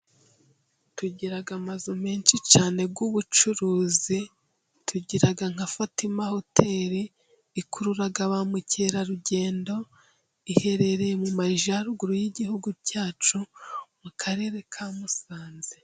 Tugira amazu menshi cyane y'ubucuruzi ,tugira nka Fatimama hoteri, ikurura ba mukerarugendo, iherereye mu majyaruguru y'igihugu cyacu, mu karere ka Musanze.